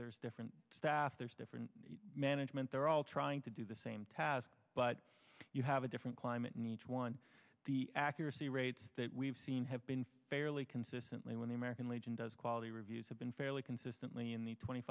there's different staff there's different management they're all trying to do the same task but you have a different climate in each one the accuracy rates that we've seen have been fairly consistently when the american legion does quality reviews have been fairly consistently in the twenty